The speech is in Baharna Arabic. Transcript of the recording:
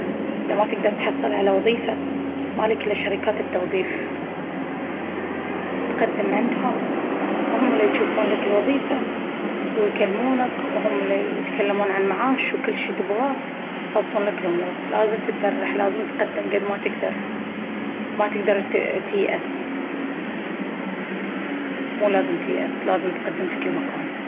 إذا ما تقدر تحصل على وظيفة... مالك إلا شركات التوظيف. تقدم عندهم وهم الا يجوفون لك الوظيفة ويكلمونك وهم الا يتكلمون عن المعاش وكل شي تبغاه ويخلصون لك الأمور، لازم تتدردح ، لازم تقدم قد ما تقدر، ما تقدر تيأس، مو لازم تيأس لازم تقدم في كل مكان.